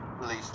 police